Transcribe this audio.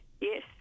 yes